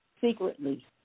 secretly